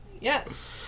Yes